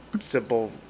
simple